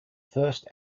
first